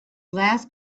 last